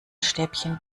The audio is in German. stäbchen